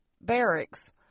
barracks